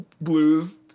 blues